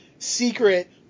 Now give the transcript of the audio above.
secret